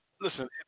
Listen